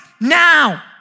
now